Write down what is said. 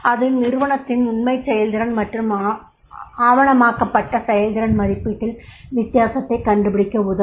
அது நிறுவனத்தின் உண்மைச் செயல்திறன் மற்றும் ஆவணமாக்கப்பட்ட செயல்திறன் மதிப்பீட்டில் வித்தியாசத்தை கண்டுபிடிக்க உதவும்